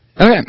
Okay